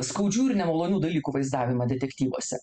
skaudžių ir nemalonių dalykų vaizdavimą detektyvuose